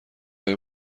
های